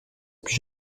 plus